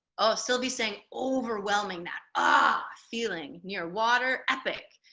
oh, sylvie's saying, overwhelming, that ah feeling near water. epic.